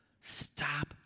stop